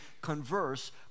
converse